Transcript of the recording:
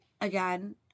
again